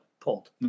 pulled